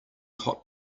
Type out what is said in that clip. hot